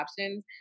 options